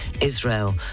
Israel